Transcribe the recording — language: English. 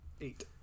Eight